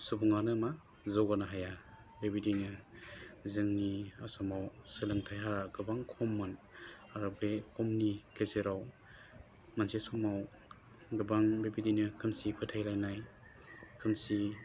सुबुङानो मा जौगानो हाया बेबायदिनो जोंनि आसामाव सोलोंथाइ हारा गोबां खममोन आरो बे खमनि गेजेराव मोनसे समाव गोबां बेबायदिनो खोमसि फोथायलायनाय खोमसि